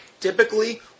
Typically